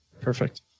Perfect